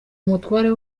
umutware